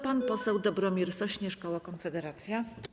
Pan poseł Dobromir Sośnierz, koło Konfederacja.